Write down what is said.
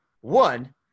One